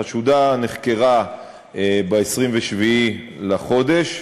החשודה נחקרה ב-27 בחודש,